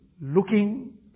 looking